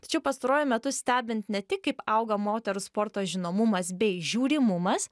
tačiau pastaruoju metu stebint ne tik kaip auga moterų sporto žinomumas bei žiūrimumas